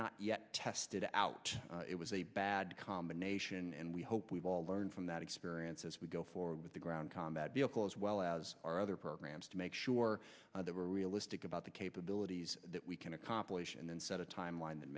not yet tested out it was a bad combination and we hope we've all learned from that experience as we go forward with the ground combat vehicle as well as our other programs to make sure that we're realistic about the capabilities that we can accomplish and then set a timeline that